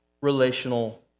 relational